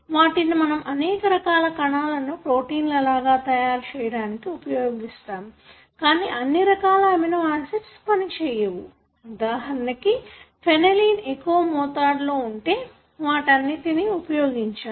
వాటిని మనము అనేకరకాల కణాలను ప్రోటీన్ లాగా తయారుచేయడానికి ఉపయోగిస్తాము కానీ అన్ని రకాల అమినోయాసిడ్స్ పనిచేయవు ఉదాహరణకు ఫెనేలనీన్ ఎక్కువ మోతాదులో ఉంటే వాటన్నిటిని ఉపయోగించాము